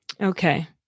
Okay